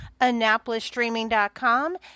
AnnapolisStreaming.com